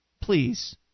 Please